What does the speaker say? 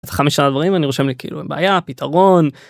5 דברים אני רושם לי כאילו בעיה פתרון.